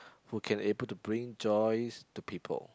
who can able to bring joys to people